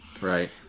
Right